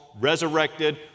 resurrected